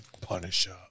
Punisher